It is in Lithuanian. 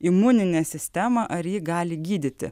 imuninę sistemą ar ji gali gydyti